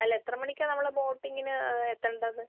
അല്ല എത്ര മണിക്കാണ് നമ്മൾ ബോട്ടിംഗിന് എത്തേണ്ടത്